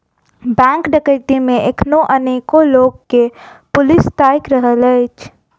bank डकैती मे एखनो अनेको लोक के पुलिस ताइक रहल अछि